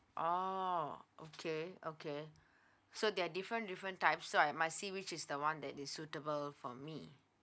oh okay okay so there're different different type so I might see which is the one that is suitable for me